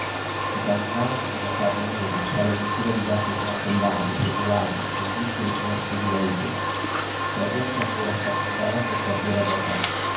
si camminava su di una sabbia nera fra due file di case smantellate irregolari cogli usci e le finestre divelte la gente ancora affaccendata a portare via roba